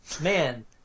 man